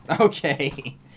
Okay